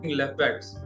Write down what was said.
left-backs